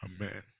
Amen